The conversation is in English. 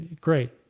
great